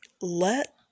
let